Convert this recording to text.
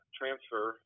transfer